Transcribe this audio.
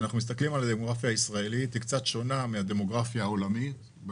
הדמוגרפיה הישראלית קצת שונה מהדמוגרפיה העולמית.